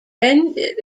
ended